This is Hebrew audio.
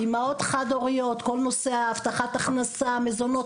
אימהות חד-הוריות, כל נושא הבטחת הכנסה, מזונות.